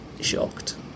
shocked